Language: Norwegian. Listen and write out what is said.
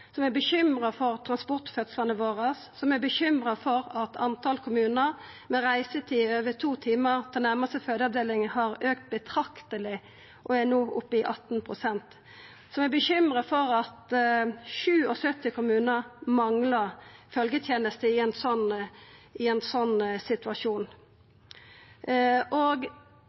som er bekymra for transportfødslane våre, som er bekymra for at talet på kommunar med reisetid på over to timar til næraste fødeavdeling har auka betrakteleg og no er oppe i 18 pst., og som er bekymra for at 77 kommunar manglar følgjetenester i ein slik situasjon. Vi veit at om reisetida er på over ein